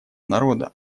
народа